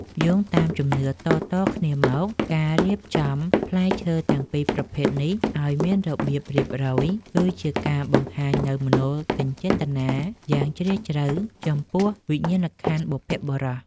យោងតាមជំនឿតៗគ្នាមកការរៀបចំផ្លែឈើទាំងពីរប្រភេទនេះឱ្យមានរបៀបរៀបរយ គឺជាការបង្ហាញនូវមនោសញ្ចេតនាយ៉ាងជ្រាលជ្រៅចំពោះវិញ្ញាណក្ខន្ធបុព្វបុរស។